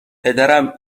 پدرم